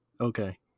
Okay